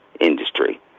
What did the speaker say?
industry